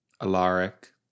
Alaric